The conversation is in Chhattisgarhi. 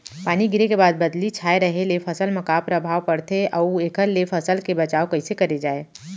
पानी गिरे के बाद बदली छाये रहे ले फसल मा का प्रभाव पड़थे अऊ एखर ले फसल के बचाव कइसे करे जाये?